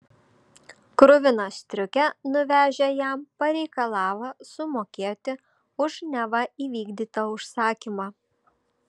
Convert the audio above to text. kruviną striukę nuvežę jam pareikalavo sumokėti už neva įvykdytą užsakymą